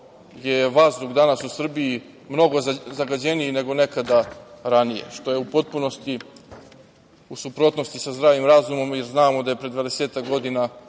je vazduh danas u Srbiji mnogo zagađeniji nego nekada ranije, što je u potpunosti u suprotnosti sa zdravim razumom. Znamo da je pre dvadesetak